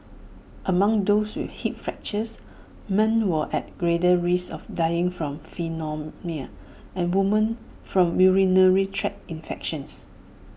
among those with hip fractures men were at greater risk of dying from pneumonia and women from urinary tract infections